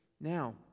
Now